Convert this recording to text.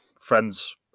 friends